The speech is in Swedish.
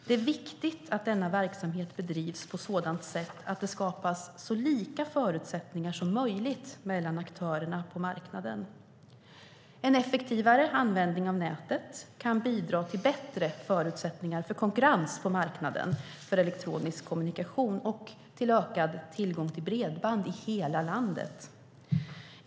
Det är viktigt att denna verksamhet bedrivs på sådant sätt att det skapas så lika förutsättningar som möjligt mellan aktörerna på marknaden. En effektivare användning av nätet kan bidra till bättre förutsättningar för konkurrens på marknaden för elektronisk kommunikation och till ökad tillgång till bredband i hela landet."